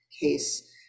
case